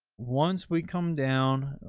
once we come down,